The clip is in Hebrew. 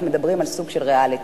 אנחנו מדברים על סוג של ריאליטי.